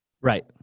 Right